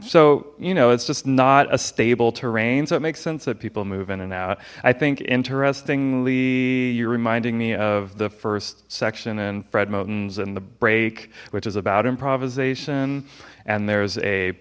so you know it's just not a stable terrain so it makes sense that people move in and out i think interestingly you're reminding me of the first section and fred mountains and the break which is about improvisation and there's a